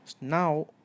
Now